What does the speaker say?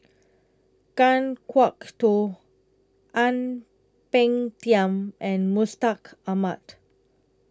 Kan Kwok Toh Ang Peng Tiam and Mustaq Ahmad